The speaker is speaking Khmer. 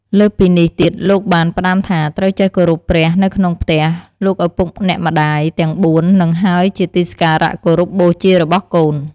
លើសពីនេះទៀតលោកបាន ផ្តាំថាត្រូវចេះគោរពព្រះនៅក្នុងផ្ទះ លោកឪពុកអ្នកម្តាយទាំងបួននឹងហើយជាទីសក្ការៈគោរពបូជារបស់កូន។